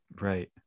Right